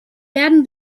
werden